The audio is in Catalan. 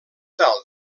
tal